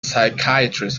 psychiatrist